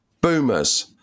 boomers